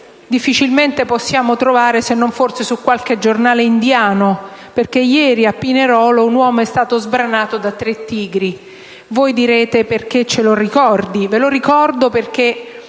difficilmente possiamo leggere, se non forse su qualche giornale indiano: ieri a Pinerolo un uomo è stato sbranato da tre tigri. Mi chiederete perché lo ricordo. Lo ricordo perché